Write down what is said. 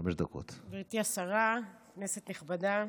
גברתי השרה, כנסת נכבדה,